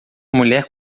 mulher